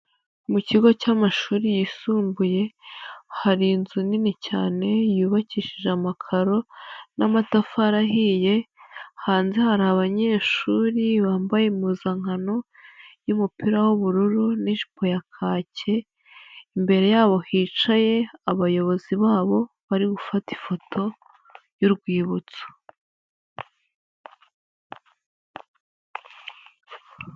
Mu kigo cy'amashuri yisumbuye, hari inzu nini cyane yubakishije amakaro n'amatafari ahiye, hanze hari abanyeshuri bambaye impuzankano y'umupira w'ubururu n'ijipo ya kake, imbere yabo hicaye abayobozi babo bari gufata ifoto y'urwibutso.